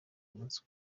umunsi